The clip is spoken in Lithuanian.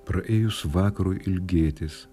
praėjus vakarui ilgėtis